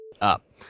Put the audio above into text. Up